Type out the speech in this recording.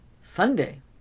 sunday